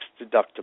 deductible